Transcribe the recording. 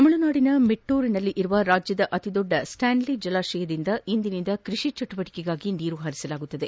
ತಮಿಳುನಾಡಿನ ಮೆಟ್ಟೂರಿನಲ್ಲಿರುವ ರಾಜ್ಯದ ಅತಿದೊಡ್ಡ ಸ್ವಾನ್ಲಿ ಜಲಾಶಯದಿಂದ ಇಂದಿನಿಂದ ಕೃಷಿ ಚಟುವಟಿಕೆ ನೀರು ಹರಿಸಲಾಗುತ್ತದೆ